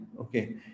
Okay